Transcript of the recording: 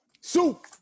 Soup